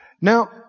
now